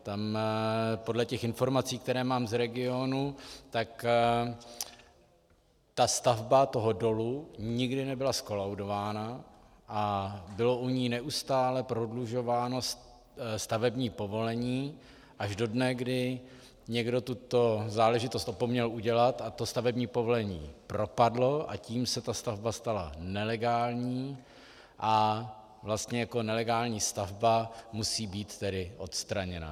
Tam podle informací, které mám z regionu, tak stavba toho dolu nikdy nebyla zkolaudována a bylo u ní neustále prodlužováno stavební povolení až do dne, kdy někdo tuto záležitost opomněl udělat, to stavební povolení propadlo, a tím se ta stavba stala nelegální a vlastně jako nelegální stavba musí být odstraněna.